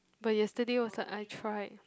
but yesterday was the I tried